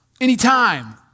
Anytime